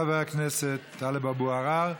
תודה לחבר הכנסת טלב אבו עראר.